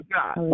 God